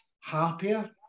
happier